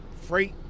Freight